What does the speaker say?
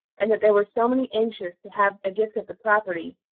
and that there were so many anxious to have a gift of the property,